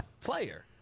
player